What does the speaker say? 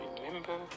remember